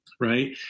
right